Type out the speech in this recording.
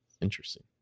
interesting